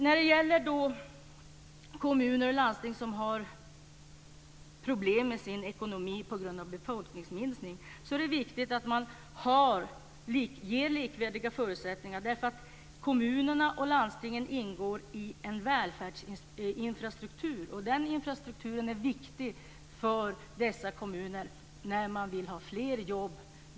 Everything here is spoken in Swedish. När det gäller kommuner och landsting som har problem med sin ekonomi på grund av befolkningsminskning är det viktigt att man ger likvärdiga förutsättningar. Kommunerna och landstingen ingår i en välfärdsinfrastruktur, och den är viktig för dessa kommuner när man vill ha fler jobb.